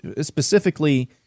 specifically